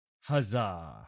Huzzah